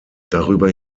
darüber